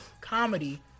comedy